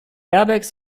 airbags